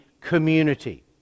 community